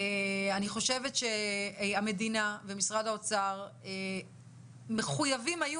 אני חושבת שהמדינה ומשרד האוצר מחויבים היו